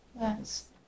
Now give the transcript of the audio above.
Yes